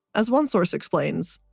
as one source explains,